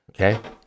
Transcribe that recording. Okay